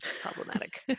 problematic